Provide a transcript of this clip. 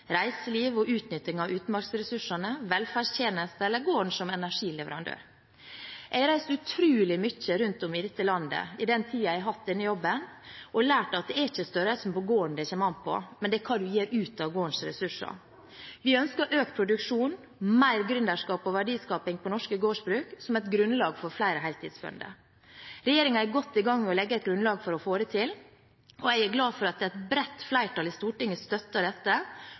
reiseliv, utnytting av utmarksressursene, velferdstjenester eller gården som energileverandør. Jeg har reist utrolig mye rundt om i dette landet i den tiden jeg har hatt denne jobben, og lært at det ikke er størrelsen på gården det kommer an på, men hva en gjør ut av gårdens ressurser. Vi ønsker økt produksjon, mer gründerskap og verdiskaping på norske gårdsbruk, som et grunnlag for flere heltidsbønder. Regjeringen er godt i gang med å legge et grunnlag for å få det til. Jeg er glad for at et bredt flertall i Stortinget støtter dette,